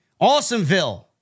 Awesomeville